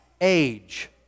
age